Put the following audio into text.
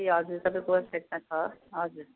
ए हजुर तपाईँको वाट्सएपमा छ हजुर